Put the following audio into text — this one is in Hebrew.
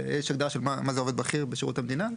יש הגדרה של מי זה "עובד בכיר" בשירות המדינה.